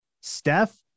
Steph